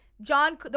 John